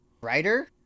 Writer